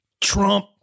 Trump